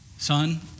Son